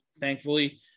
thankfully